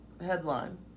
headline